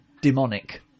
demonic